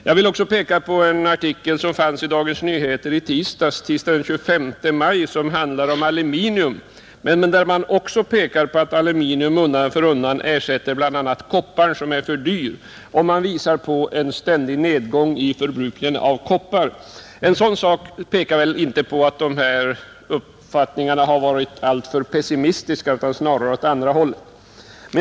Jag vill också hänvisa till en artikel i Dagens Nyheter tisdagen den 25 maj där det påvisas att aluminium undan för undan ersätter bl.a. kopparn som är för dyr. I artikeln redovisas också en ständig nedgång i förbrukningen av koppar. Det tyder inte på att Statsföretags uppfattningar varit alltför pessimistiska, utan snarare tvärtom.